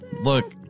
Look